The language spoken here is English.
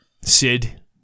Sid